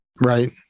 right